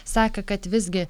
sakė kad visgi